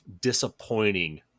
disappointing